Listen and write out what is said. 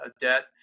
debt